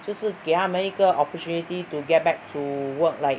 就是给他们一个 opportunity to get back to work like